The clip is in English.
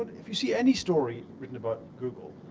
if you see any story written about google,